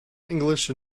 english